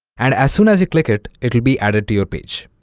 and as soon as you click it, it'll be added to your page